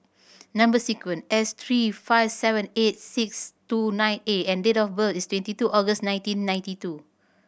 number sequence S three five seven eight six two nine A and date of birth is twenty two August nineteen ninety two